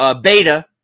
beta